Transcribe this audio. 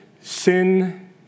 sin